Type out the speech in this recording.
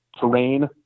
terrain